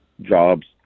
jobs